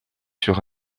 sur